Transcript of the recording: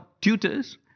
tutors